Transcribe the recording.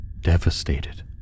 devastated